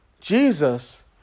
Jesus